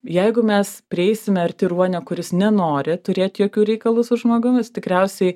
jeigu mes prieisime arti ruonio kuris nenori turėt jokių reikalų su žmogum jis tikriausiai